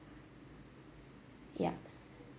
yup